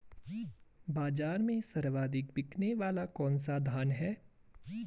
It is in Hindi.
बाज़ार में सर्वाधिक बिकने वाला कौनसा धान है?